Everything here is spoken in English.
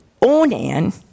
Onan